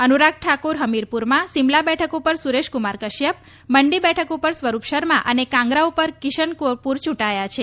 અનુરાગ ઠાકુર હમીરપુરમાં સિમલા બેઠક પર સુરેશ કુમાર કશ્યપ મંડી બેઠક પર સ્વરૂપ શર્મા અને કાંગરા પર કિશનક્પૂર ચૂંટાયા છે